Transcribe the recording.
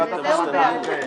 להצביע בעד.